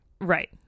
Right